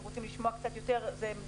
מי שמצפה לסיכון אפס זה לא